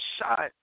shot